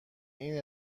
این